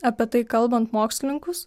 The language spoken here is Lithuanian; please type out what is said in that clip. apie tai kalbant mokslininkus